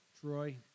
Troy